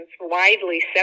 widely